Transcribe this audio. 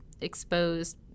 exposed